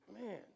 man